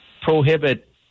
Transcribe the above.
prohibit